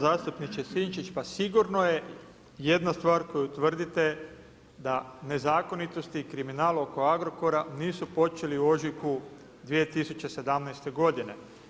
Zastupniče Sinčić, pa sigurno je jedna stvar koju tvrdite da nezakonitosti i kriminal oko Agrokora nisu počeli u ožujku 2017. godine.